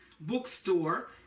bookstore